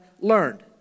learned